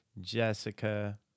Jessica